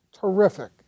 terrific